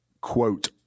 quote